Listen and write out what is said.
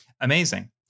Amazing